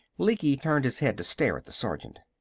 lecky turned his head to stare at the sergeant.